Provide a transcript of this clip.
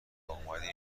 واومدین